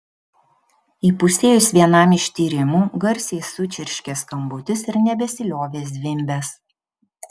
įpusėjus vienam iš tyrimų garsiai sučirškė skambutis ir nebesiliovė zvimbęs